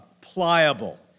pliable